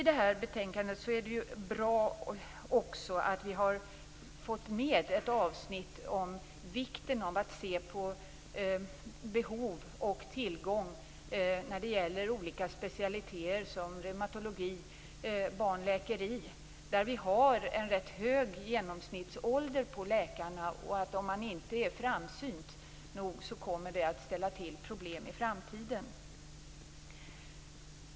Det är bra att vi i betänkandet har fått med ett avsnitt om vikten av att se på behov och tillgång i fråga om olika specialiteter såsom reumatologi och barnläkeri där genomsnittsåldern på läkarna är hög. Om man inte är framsynt kommer detta att ställa till problem i framtiden.